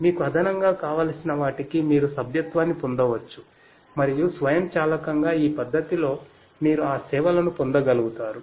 మీకు అదనంగా కావలసిన వాటికి మీరు సభ్యత్వాన్ని పొందవచ్చు మరియు స్వయంచాలకంగా ఈ పద్ధతిలో మీరు ఆ సేవలను పొందగలుగుతారు